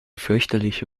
fürchterliche